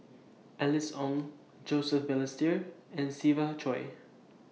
Alice Ong Joseph Balestier and Siva Choy